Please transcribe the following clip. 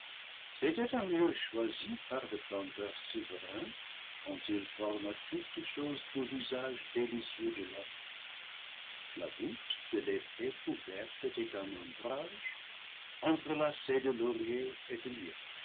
c'était un lieu choisi par le planteur souverain quand il forma toutes choses pour l'usage délicieux de l'homme la voûte de l'épais couvert était un ombrage entrelacé de laurier et de